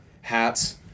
hats